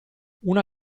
una